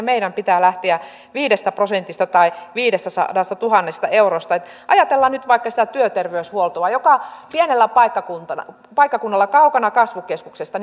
meidän pitää lähteä viidestä prosentista tai viidestäsadastatuhannesta eurosta ajatellaan nyt vaikka työterveyshuoltoa joka pienellä paikkakunnalla paikkakunnalla kaukana kasvukeskuksesta